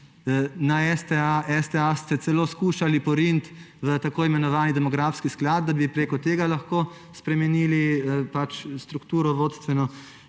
sveta. STA ste celo skušali poriniti v tako imenovani demografski sklad, da bi preko tega lahko spremenili vodstveno